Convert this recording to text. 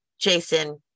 Jason